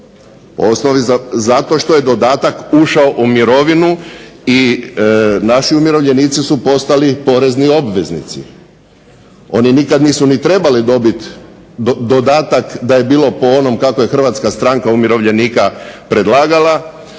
zato što je dodatak ušao u mirovinu i naši umirovljenici su postali porezni obveznici. Oni nikad nisu ni trebali dobit dodatak da je bilo po onom kako je Hrvatska stranka umirovljenika predlagala,